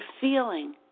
feeling